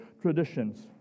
traditions